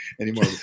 anymore